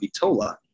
Vitola